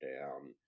down